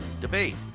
debate